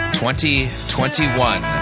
2021